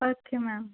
okay ma'am